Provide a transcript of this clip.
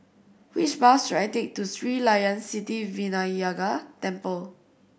which bus should I take to Sri Layan Sithi Vinayagar Temple